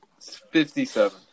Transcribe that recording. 57